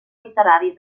literari